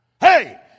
Hey